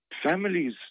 families